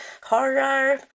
horror